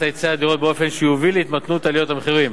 היצע הדירות באופן שיוביל להתמתנות עליות המחירים.